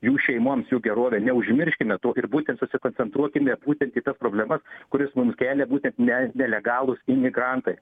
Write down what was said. jų šeimoms jų gerove neužmirškime to ir būtent susikoncentruokime būtent į tas problemas kurias mums kelia būtent ne nelegalūs imigrantai